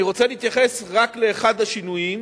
אני רוצה להתייחס רק לאחד השינויים